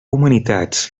humanitats